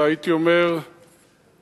אלא הייתי אומר מתוכנו,